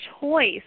choice